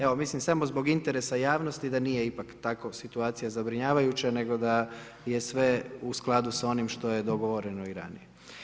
Evo mislim samo zbog interesa javnosti da nije ipak tako situacija zabrinjavajuća, nego da je sve u skladu sa onim što je dogovoreno i ranije.